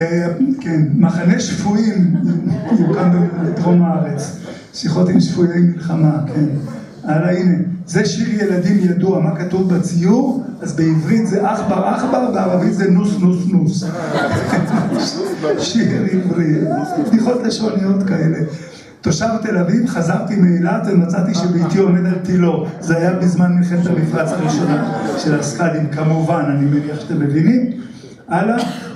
‫כן, מחנה שפויים יוקם בדרום הארץ, ‫שיחות עם שפויי מלחמה, כן. ‫הלאה, הנה, זה שיר ילדים ידוע, ‫מה כתוב בציור? ‫אז בעברית זה אכבר אכבר, ‫בערבית זה נוס נוס נוס. ‫שיר עברי, בדיחות לשוניות כאלה. ‫תושב תל אביב, חזרתי מאילת ‫ומצאתי שביתי עומד על תילו. ‫זה היה בזמן מלחמת ‫המפרץ הראשונה, של הסקאדים. ‫כמובן, אני מניח שאתם מבינים. ‫הלאה?